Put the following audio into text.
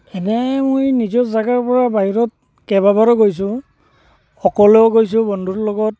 এনেই মই নিজৰ জাগাৰ পৰা বাহিৰত কেবাবাৰো গৈছোঁ সকলো গৈছোঁ বন্ধুৰ লগত